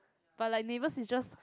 but like neighbours is just